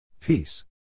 Peace